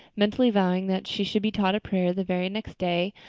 mentally vowing that she should be taught a prayer the very next day,